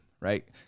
right